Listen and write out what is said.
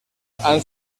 han